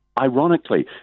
Ironically